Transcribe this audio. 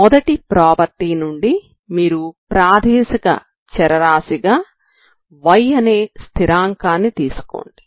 మొదటి ప్రాపర్టీ నుండి మీరు ప్రాదేశిక చరరాశి గా y అనే స్థిరాంకాన్ని తీసుకోండి